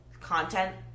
content